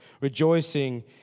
rejoicing